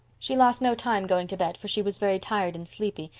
she lost no time going to bed, for she was very tired and sleepy.